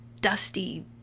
dusty